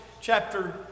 chapter